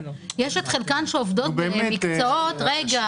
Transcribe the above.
שזה בניגוד לגבר